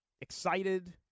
excited